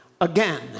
again